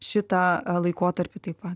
šitą laikotarpį taip pat